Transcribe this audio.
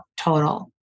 total